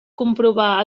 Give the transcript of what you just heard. comprovar